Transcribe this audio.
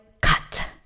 cut